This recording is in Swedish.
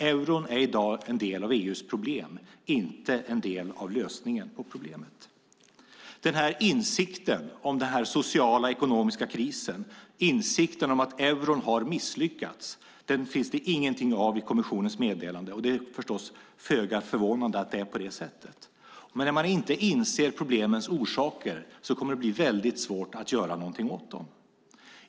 Euron är i dag en del av EU:s problem, inte en del av lösningen. Insikten om den sociala och ekonomiska krisen och insikten om att euron har misslyckats finns det ingenting av i kommissionens meddelande. Det är förstås föga förvånande att det är på det sättet. Men när man inte inser problemens orsaker kommer det att bli väldigt svårt att göra något åt dem.